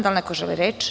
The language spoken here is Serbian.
Da li neko želi reč?